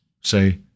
say